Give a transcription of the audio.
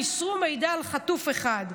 מסרו מידע על חטוף אחד,